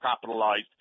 capitalized